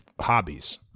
Hobbies